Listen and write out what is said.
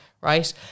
Right